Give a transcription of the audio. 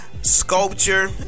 sculpture